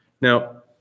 Now